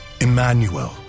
Emmanuel